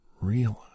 realize